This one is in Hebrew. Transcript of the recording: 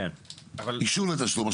אישור לתשלום.